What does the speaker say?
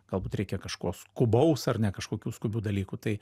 galbūt reikia kažko skubaus ar ne kažkokių skubių dalykų tai